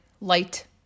light